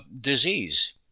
disease